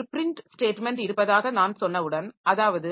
ஆனால் ஒரு print statement இருப்பதாக நான் சொன்னவுடன் அதாவது